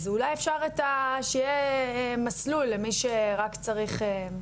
אז אולי אפשר שיהיה את המסלול, למי שרק צריך.